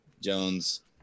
Jones